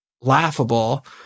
laughable